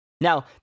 Now